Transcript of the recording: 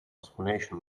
explanation